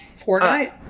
Fortnite